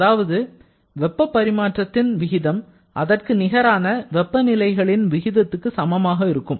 அதாவது வெப்பப் பரிமாற்றத்தின் விகிதம் அதற்கு நிகரான வெப்பநிலைகளின் விகிதத்துக்கு சமமாக இருக்கும்